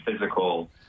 physical